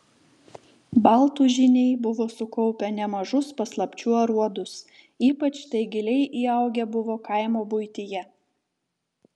baltų žyniai buvo sukaupę nemažus paslapčių aruodus ypač tai giliai įaugę buvo kaimo buityje